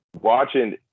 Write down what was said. watching